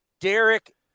Derek